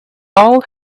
all